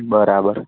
બરાબર